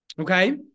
Okay